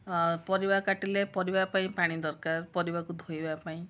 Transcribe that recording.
ପରିବା କାଟିଲେ ପରିବାପାଇଁ ପାଣି ଦରକାର ପରିବାକୁ ଧୋଇବାପାଇଁ